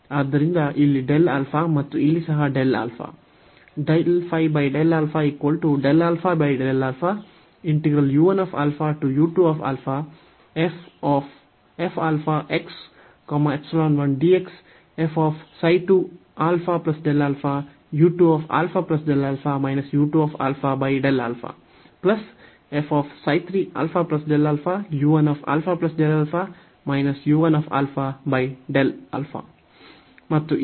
ಆದ್ದರಿಂದ ಇಲ್ಲಿ Δα ಮತ್ತು ಇಲ್ಲಿ ಸಹ ಮತ್ತು ಈಗ ಈ ನೊಂದಿಗೆ ಇದು ಆಗಿದೆ